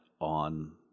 on